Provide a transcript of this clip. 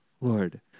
Lord